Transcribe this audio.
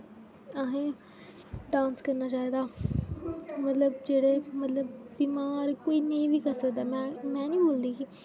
आहे डांस करना चाहिदा मतलब जेह्ड़े मतलब बीमार कोई नेईं बी कर सकदा में निं बोलदी कि